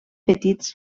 petits